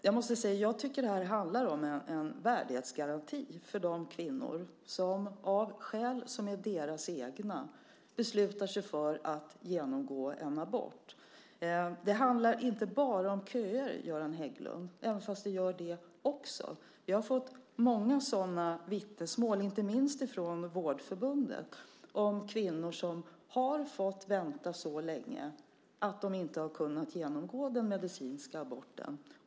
Jag tycker att det handlar om en värdighetsgaranti för de kvinnor som av skäl som är deras egna beslutar sig för att genomgå en abort. Det handlar inte bara om köer, Göran Hägglund, även om det är det också. Vi har fått många vittnesmål, inte minst från Vårdförbundet, om kvinnor som har fått vänta så länge att de inte har kunnat genomgå den medicinska aborten.